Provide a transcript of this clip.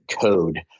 code